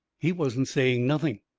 he wasn't saying nothing.